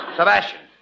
Sebastian